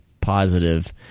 positive